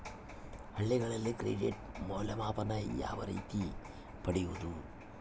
ಹಳ್ಳಿಗಳಲ್ಲಿ ಕ್ರೆಡಿಟ್ ಮೌಲ್ಯಮಾಪನ ಯಾವ ರೇತಿ ಪಡೆಯುವುದು?